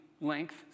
length